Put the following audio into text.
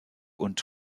und